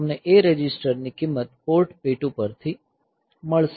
તમને A register ની કિમત પોર્ટ P2 પર મળશે